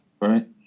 right